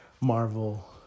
Marvel